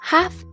Half